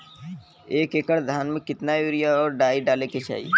एक एकड़ धान में कितना यूरिया और डाई डाले के चाही?